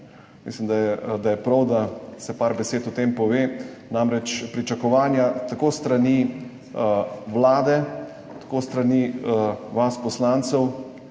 Mislim, da je prav, da se nekaj besed o tem pove. Namreč, pričakovanje tako s strani vlade kot s strani vas poslancev,